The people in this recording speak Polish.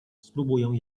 spróbuję